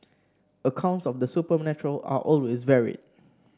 accounts of the supernatural are always varied